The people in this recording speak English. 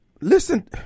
listen